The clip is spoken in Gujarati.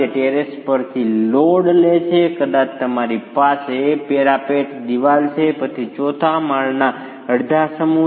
તે ટેરેસ પરથી લોડ લે છે કદાચ તમારી પાસે પેરાપેટ દિવાલ છે અને પછી ચોથા માળના અડધા સમૂહ